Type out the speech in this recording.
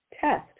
test